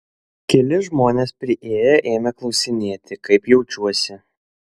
keli žmonės priėję ėmė klausinėti kaip jaučiuosi